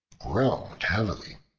groaned heavily.